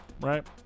right